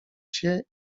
się